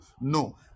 No